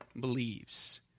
believes